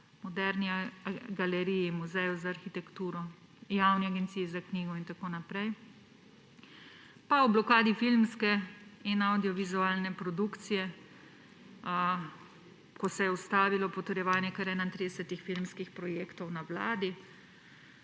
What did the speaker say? Moderni galeriji, Muzeju za arhitekturo in oblikovanje, Javni agenciji za knjigo in tako naprej, pa o blokadi filmske in avdiovizualne produkcije, ko se je ustavilo potrjevanje kar 31 filmskih projektov na vladi